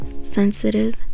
sensitive